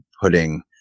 putting